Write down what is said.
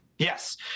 Yes